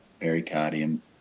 pericardium